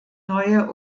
neue